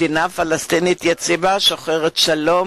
מדינה פלסטינית יציבה, שוחרת שלום,